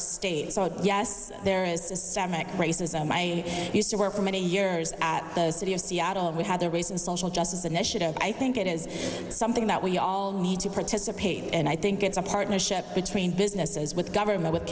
state so yes there is a setback racism i used to work for many years at the city of seattle and we had the race and social justice initiative i think it is something that we all need to participate and i think it's a partnership between business as with government with